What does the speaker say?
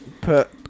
put